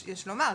יש לומר,